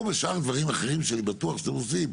בשאר דברים אחרים שאני בטוח שאתם עושים,